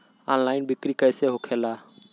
Online बिक्री कैसे होखेला?